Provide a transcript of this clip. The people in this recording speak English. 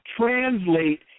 translate